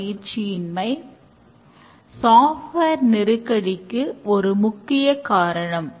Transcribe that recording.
பயனாளியின் தேவைகளுக்கு ஏற்ப மாறுவது